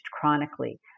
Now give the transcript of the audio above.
chronically